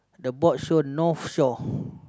the board show North Shore